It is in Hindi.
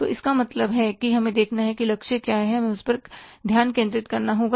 तो इसका मतलब है कि हमें यह देखना है कि लक्ष्य क्या है हमें उस पर ध्यान केंद्रित करना होगा